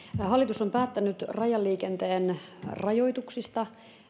hallitus on päättänyt rajaliikenteen rajoituksista